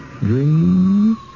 dreams